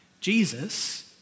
Jesus